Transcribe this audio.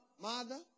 mother